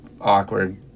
awkward